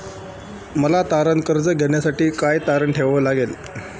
मला तारण कर्ज घेण्यासाठी काय तारण ठेवावे लागेल?